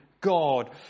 God